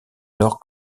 nord